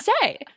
say